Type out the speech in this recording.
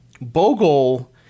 Bogle